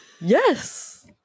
Yes